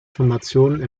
formationen